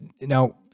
Now